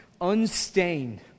unstained